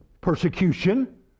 persecution